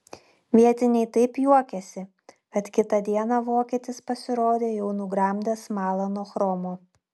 vietiniai taip juokėsi kad kitą dieną vokietis pasirodė jau nugramdęs smalą nuo chromo